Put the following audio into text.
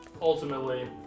Ultimately